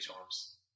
times